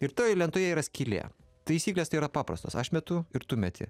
ir toj lentoje yra skylė taisyklės tai yra paprastos aš metu ir tu meti